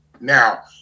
Now